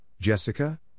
Jessica